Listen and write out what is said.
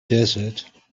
desert